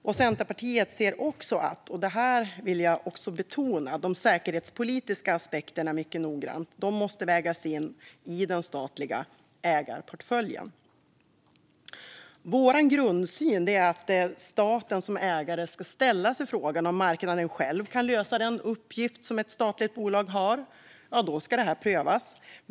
Jag vill betona att Centerpartiet ser att de säkerhetspolitiska aspekterna måste vägas in mycket noggrant i den statliga ägarportföljen. Vår grundsyn är att staten som ägare ska ställa sig frågan om marknaden själv kan lösa den uppgift ett statligt bolag har. Då ska detta prövas.